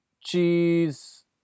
cheese